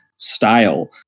style